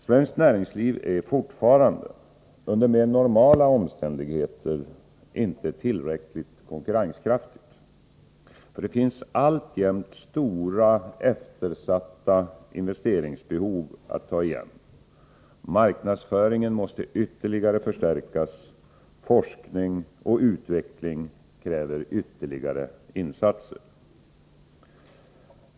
Svenskt näringsliv är fortfarande under mer normala omständigheter inte tillräckligt konkurrenskraftigt. Det finns alltjämt stora eftersatta investeringsbehov att ta igen. Marknadsföringen måste ytterligare förstärkas. Forskning och utveckling kräver ytterligare insatser.